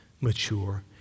mature